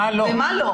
ומה לא.